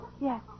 Yes